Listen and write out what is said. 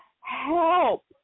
help